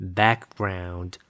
background